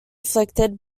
afflicted